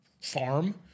farm